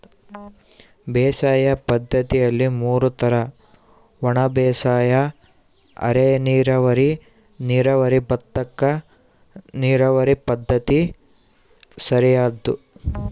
ಬೇಸಾಯ ಪದ್ದತಿಯಲ್ಲಿ ಮೂರು ತರ ಒಣಬೇಸಾಯ ಅರೆನೀರಾವರಿ ನೀರಾವರಿ ಭತ್ತಕ್ಕ ನೀರಾವರಿ ಪದ್ಧತಿ ಸರಿಯಾದ್ದು